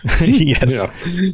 yes